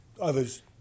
others